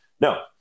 No